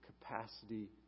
capacity